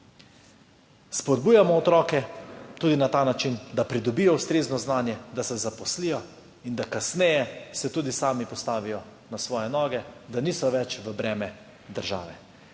spodbujamo otroke, da pridobijo ustrezno znanje, da se zaposlijo in da se kasneje tudi sami postavijo na svoje noge, da niso več v breme državi.